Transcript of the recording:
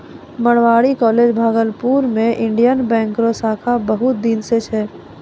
Marwari college Bhagalpur मे Indian Bank रो शाखा बहुत दिन से छै